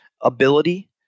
ability